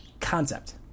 concept